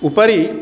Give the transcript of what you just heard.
उपरि